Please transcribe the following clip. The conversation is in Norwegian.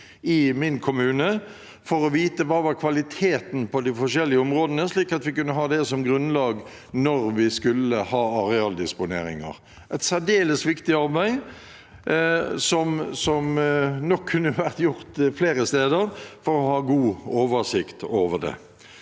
i min kommune, for å vite kvaliteten på de forskjellige områdene, slik at vi kunne ha det som grunnlag når vi skulle ha arealdisponeringer. Det er et særdeles viktig arbeid, som nok kunne vært gjort flere steder, for å ha god oversikt over det.